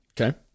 Okay